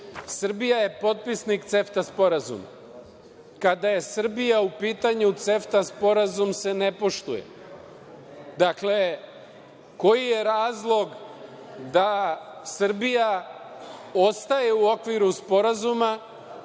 je potpisnik CEFTA sporazuma. Kada je Srbija u pitanju, CEFTA sporazum se ne poštuje. Dakle, koji je razlog da Srbija ostaje u okviru sporazuma